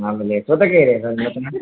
ಆಮೇಲೆ ಸೌತೆಕಾಯಿ